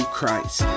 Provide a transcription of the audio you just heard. Christ